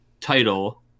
title